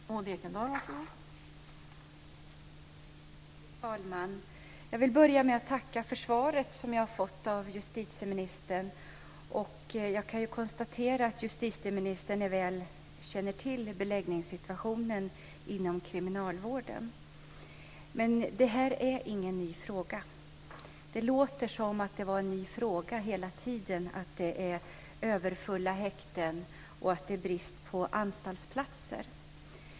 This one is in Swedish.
Fru talman! Jag vill börja med att tacka för svaret som jag har fått av justitieministern. Jag kan konstatera att justitieministern väl känner till beläggningssituationen inom kriminalvården. Det här är ingen ny fråga. Det låter som om det var en nyhet att det finns överfulla häkten och brist på anstaltsplatser.